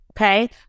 okay